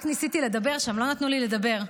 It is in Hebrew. רק ניסיתי לדבר שם, לא נתנו לי לדבר.